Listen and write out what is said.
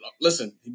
Listen